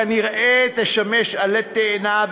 כנראה תשמש עלה תאנה,